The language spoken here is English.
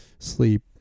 Sleep